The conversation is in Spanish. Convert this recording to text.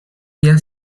día